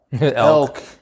elk